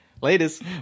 Ladies